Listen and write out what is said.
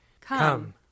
Come